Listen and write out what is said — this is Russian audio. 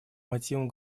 мотивам